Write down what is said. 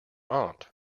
aunt